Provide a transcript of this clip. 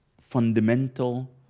fundamental